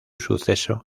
suceso